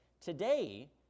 Today